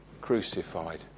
crucified